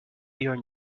your